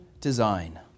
design